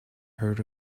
heard